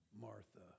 Martha